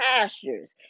pastures